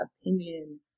opinion